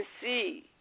see